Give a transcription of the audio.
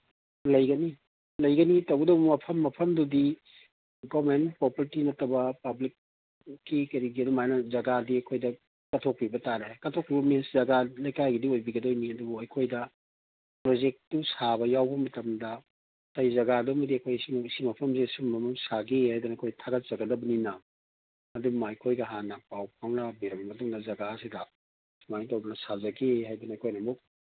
ꯂꯩꯒꯅꯤ ꯂꯩꯒꯅꯤ ꯇꯧꯒꯗꯕꯨ ꯃꯐꯝ ꯃꯐꯝꯗꯨꯗꯤ ꯒꯣꯃꯦꯟ ꯄ꯭ꯔꯣꯄꯔꯇꯤ ꯅꯠꯇꯕ ꯄꯕ꯭ꯂꯤꯛꯀꯤ ꯀꯩꯒꯤ ꯑꯗꯨꯃꯥꯏꯅ ꯖꯒꯥꯗꯤ ꯑꯩꯈꯣꯏꯗ ꯀꯠꯊꯣꯛꯄꯤꯕ ꯇꯥꯔꯦ ꯀꯠꯊꯣꯛꯄꯤꯕ ꯃꯤꯟꯁ ꯖꯒꯥ ꯂꯩꯀꯥꯏꯒꯤꯗꯤ ꯑꯣꯏꯕꯤꯒꯗꯣꯏꯅꯤ ꯑꯗꯨꯕꯨ ꯑꯩꯈꯣꯏꯗ ꯄ꯭ꯔꯣꯖꯦꯛꯇꯨ ꯁꯥꯕ ꯌꯥꯎꯕ ꯃꯇꯝꯗ ꯑꯩ ꯖꯒꯥꯗꯨꯃꯗꯤ ꯑꯩꯈꯣꯏ ꯁꯤ ꯃꯐꯝꯁꯦ ꯁꯨꯝꯕ ꯑꯃ ꯁꯥꯒꯦ ꯍꯥꯏꯗꯅ ꯑꯩꯈꯣꯏ ꯊꯥꯒꯠꯆꯒꯗꯕꯅꯤꯅ ꯑꯗꯨꯃ ꯑꯩꯈꯣꯏꯗ ꯍꯥꯟꯅ ꯄꯥꯎ ꯐꯥꯎꯅꯕꯤꯔꯕ ꯃꯇꯨꯡꯗ ꯖꯒꯥꯁꯤꯗ ꯁꯨꯃꯥꯏꯅ ꯇꯧꯗꯅ ꯁꯥꯖꯒꯦ ꯍꯥꯏꯗꯅ ꯑꯩꯈꯣꯏꯅ ꯑꯃꯨꯛ